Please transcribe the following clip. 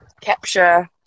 capture